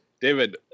David